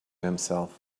himself